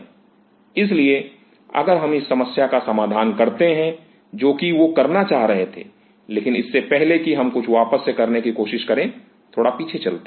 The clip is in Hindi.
इसलिए अगर हम इस समस्या का समाधान करते हैं जो कि वह वो करना चाह रहे थे लेकिन इससे पहले कि हम कुछ वापस से करने की कोशिश करें थोड़ा पीछे चलते हैं